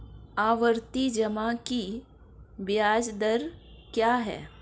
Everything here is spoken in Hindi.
आवर्ती जमा की ब्याज दर क्या है?